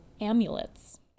amulets